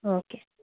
okay